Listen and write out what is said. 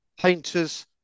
Painters